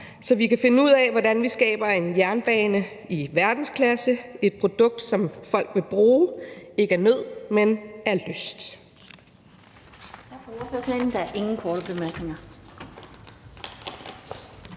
så vi kan finde ud af, hvordan vi skaber en jernbane i verdensklasse, et produkt, som folk vil bruge – ikke af nød, men af lyst.